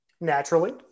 Naturally